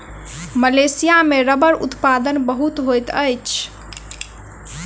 Malaysia में रबड़ उत्पादन बहुत होइत अछि